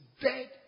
dead